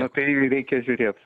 na tai reikia žiūrėt